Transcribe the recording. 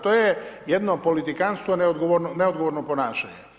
To je jedno politikanstvo neodgovorno ponašanje.